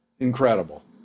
Incredible